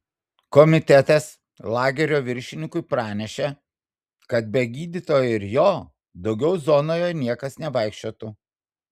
komitetas lagerio viršininkui pranešė kad be gydytojo ir jo daugiau zonoje niekas nevaikščiotų